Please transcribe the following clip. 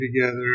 together